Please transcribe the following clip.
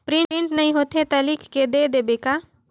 Print नइ होथे ता लिख के दे देबे का?